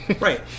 right